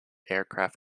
aircraft